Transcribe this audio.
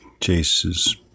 chases